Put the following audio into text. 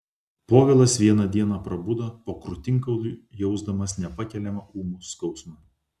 povilas vieną dieną prabudo po krūtinkauliu jausdamas nepakeliamą ūmų skausmą